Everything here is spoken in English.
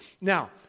Now